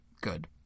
good